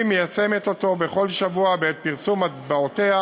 והיא מיישמת אותו בכל שבוע בעת פרסום הצבעותיה